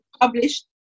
published